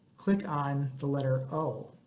click on the letter o.